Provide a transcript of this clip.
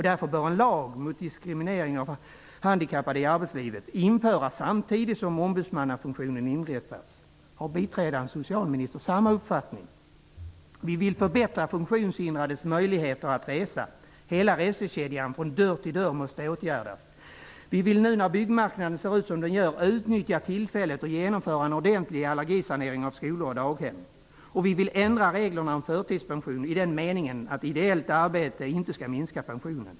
Därför bör en lag mot diskriminering av handikappade i arbetslivet införas samtidigt som ombudsmannafunktionen inrättas. Har biträdande socialministern samma uppfattning? Vi vill förbättra funktionshindrades möjligheter att resa. Hela resekedjan, från dörr till dörr, måste åtgärdas. Vi vill nu när byggmarknaden ser ut som den gör utnyttja tillfället och genomföra en ordentlig allergisanering av skolor och daghem. Vi vill ändra reglerna för förtidspension i den meningen att ideellt arbete inte skall minska pensionen.